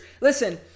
Listen